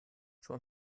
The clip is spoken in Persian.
چون